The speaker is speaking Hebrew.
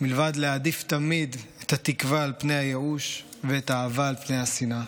מלבד להעדיף תמיד את התקווה על פני הייאוש ואת האהבה על פני השנאה.